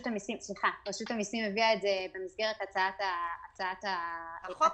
המיסים הביאה את זה במסגרת הבקשה המקורית.